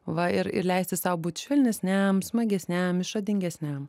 va ir ir leisti sau būt švelnesniam smagesniam išradingesniam